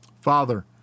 Father